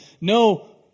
No